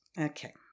okay